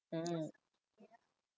mm